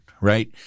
right